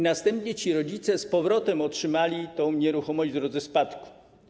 Następnie rodzice z powrotem otrzymali tę nieruchomość w drodze spadku.